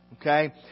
okay